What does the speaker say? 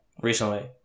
recently